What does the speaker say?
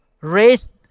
raise